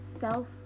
self-